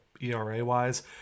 ERA-wise